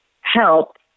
help